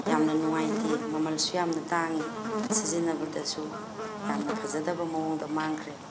ꯌꯥꯝꯅ ꯅꯨꯡꯉꯥꯏꯇꯦ ꯃꯃꯜꯁꯨ ꯌꯥꯝꯅ ꯇꯥꯡꯉꯤ ꯁꯤꯖꯤꯟꯅꯕꯗꯁꯨ ꯌꯥꯝꯅ ꯐꯖꯗꯕ ꯃꯑꯣꯡꯗ ꯃꯥꯡꯈ꯭ꯔꯦ